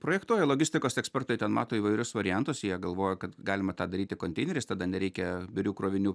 projektuoja logistikos ekspertai ten mato įvairius variantus jie galvoja kad galima tą daryti konteineriais tada nereikia birių krovinių